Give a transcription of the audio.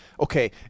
Okay